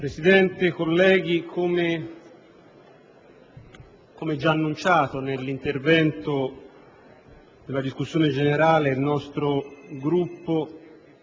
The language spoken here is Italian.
Presidente, colleghi, come già annunciato nell'intervento svolto in discussione generale, il nostro Gruppo